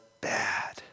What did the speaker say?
bad